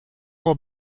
will